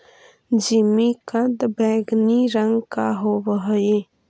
जिमीकंद बैंगनी रंग का होव हई